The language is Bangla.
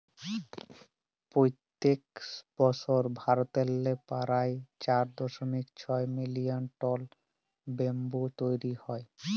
পইত্তেক বসর ভারতেল্লে পারায় চার দশমিক ছয় মিলিয়ল টল ব্যাম্বু তৈরি হ্যয়